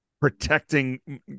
protecting